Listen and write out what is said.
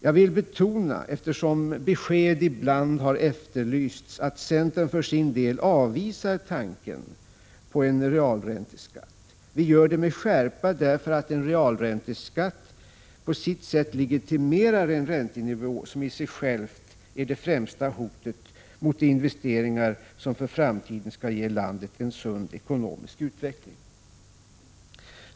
Jag vill betona, eftersom besked ibland har efterlysts, att centern för sin del avvisar tanken på realränteskatt. Vi gör det med skärpa, därför att en realränteskatt på sitt sätt legitimerar en räntenivå som i sig själv är det främsta hotet mot de investeringar som för framtiden skall ge landet en sund ekonomisk utveckling.